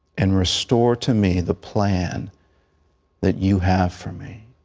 and restore to me the plan that you have for me.